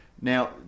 Now